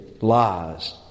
lies